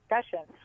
discussion